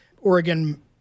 Oregon